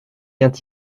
vient